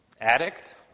Addict